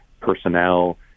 personnel